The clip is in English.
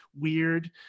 weird